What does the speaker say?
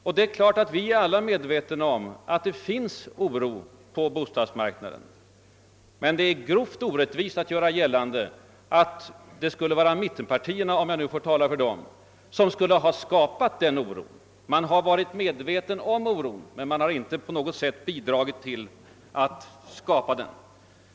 Vi är naturligtvis alla medvetna om att det råder oro på bostadsmarknaden, men det är grovt orättvist att göra gällande att mittenpartierna — om jag nu får tala för dem — har skapat den oron; de har varit medvetna om den men inte på något sätt bidragit till att skapa den.